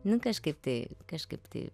nu kažkaip tai kažkaip tai